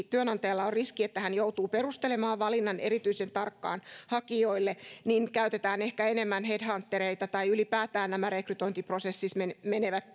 työnantajalla on riski että hän joutuu perustelemaan valinnan erityisen tarkkaan hakijoille niin käytetään ehkä enemmän headhuntereita tai ylipäätään nämä rekrytointiprosessit menevät